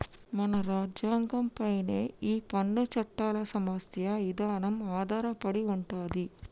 మన రాజ్యంగం పైనే ఈ పన్ను చట్టాల సమస్య ఇదానం ఆధారపడి ఉంటది